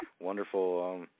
wonderful